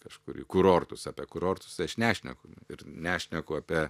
kažkur į kurortus apie kurortus tai aš nešneku ir nešneku apie